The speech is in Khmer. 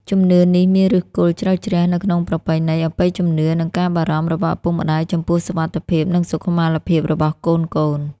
ជំនឿនេះមានឫសគល់ជ្រៅជ្រះនៅក្នុងប្រពៃណី អបិយជំនឿ និងការបារម្ភរបស់ឪពុកម្តាយចំពោះសុវត្ថិភាព និងសុខុមាលភាពរបស់កូនៗ។